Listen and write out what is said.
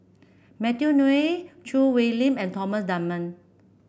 Matthew Ngui Choo Hwee Lim and Thomas Dunman